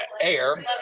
Air